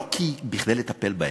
לא כדי לטפל בהם,